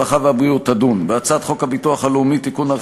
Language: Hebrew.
הרווחה והבריאות תדון בהצעת חוק הביטוח הלאומי (תיקון,